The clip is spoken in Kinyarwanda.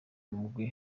umugwi